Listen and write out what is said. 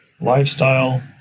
lifestyle